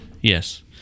yes